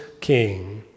King